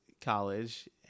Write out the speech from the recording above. college